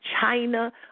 China